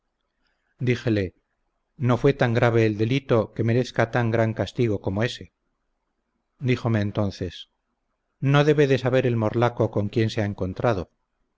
díjele no fue tan grave el delito que merezca tan gran castigo como ese díjome entonces no debe de saber el morlaco con quién se ha encontrado